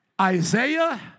Isaiah